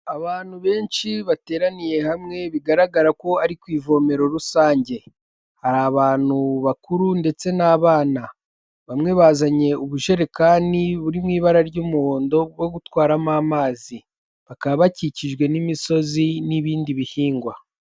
Abantu benshi bateraniye hamwe bigaragara ko ari ku ivomero rusange, hari abantu bakuru ndetse n'abana, bamwe bazanye ubujerekani buri mu ibara ry'umuhondo bwo gutwaramo amazi, bakaba bakikijwe n'imisozi n'ibindi bihingwa.